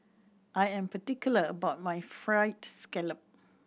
I am particular about my Fried Scallop